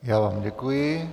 Já vám děkuji.